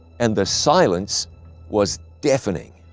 and the silence was deafening.